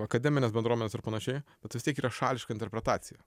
akademinės bendruomenės ir panašiai bet vis tiek yra šališka interpretacija